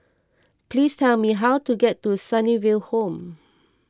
please tell me how to get to Sunnyville Home